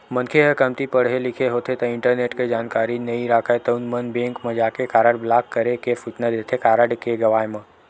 मनखे ह कमती पड़हे लिखे होथे ता इंटरनेट के जानकारी नइ राखय तउन मन बेंक म जाके कारड ब्लॉक करे के सूचना देथे कारड के गवाय म